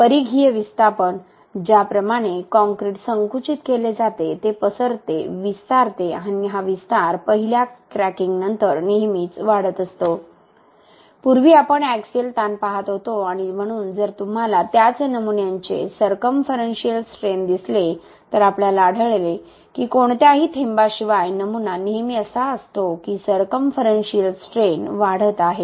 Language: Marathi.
परिघीय विस्थापन ज्याप्रमाणे काँक्रीट संकुचित केले जाते ते पसरते विस्तारते आणि हा विस्तार पहिल्या क्रॅकिंगनंतर नेहमीच वाढत असतो पूर्वी आपण ऍक्सिल ताण पाहत होतो आणि म्हणून जर तुम्हाला त्याच नमुन्यांचे सरकमफरनशिअल स्ट्रेन दिसले तर आपल्याला आढळले की कोणत्याही थेंबाशिवाय नमुना नेहमी असा असतो की सरकमफरनशिअल स्ट्रेन वाढत आहे